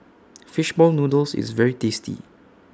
Fish Ball Noodles IS very tasty